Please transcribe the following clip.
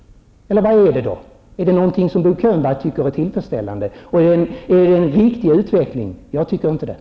Eller vad är det? Är det någonting som Bo Könberg tycker är tillfredsställande? Är det en riktig utveckling? Jag tycker inte det.